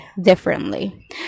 differently